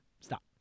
stop